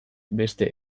beste